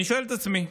אני שואל את עצמי: